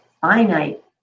finite